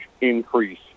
increase